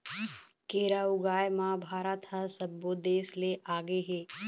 केरा ऊगाए म भारत ह सब्बो देस ले आगे हे